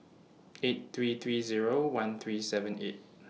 eight three three Zero one three seven eight